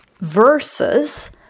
versus